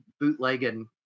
bootlegging